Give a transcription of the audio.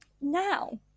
Now